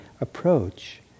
approach